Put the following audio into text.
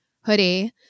hoodie